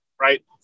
right